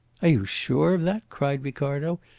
are you sure of that? cried ricardo.